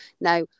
Now